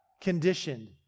conditioned